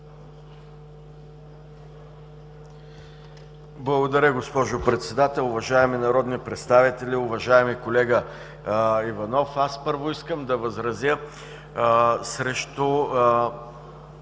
Благодаря, госпожо Председател. Уважаеми народни представители! Уважаеми колега Иванов, първо, искам да възразя срещу